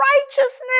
righteousness